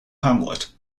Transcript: hamlet